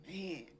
Man